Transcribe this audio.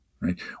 right